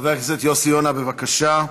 חבר הכנסת יוסי יונה, בבקשה.